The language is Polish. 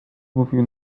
mówił